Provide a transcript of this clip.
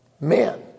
man